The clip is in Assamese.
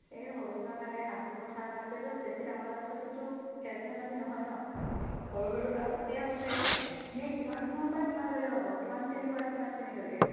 এই সৰু ল'ৰাৰ কাৰণে সাধু কথা এতিয়াতো বেছি ডাঙৰ ল'ৰা ছোৱালীটো খেল ধেমালি নহয় ন সৰু সৰু ল'ৰা ছোৱালীয়ে হ'ব চাগৈ এনেই কিমানৰপৰা কিমানলৈকে হ'ব কিমান শ্ৰেণীৰপৰা কিমান শ্ৰেণীলৈকে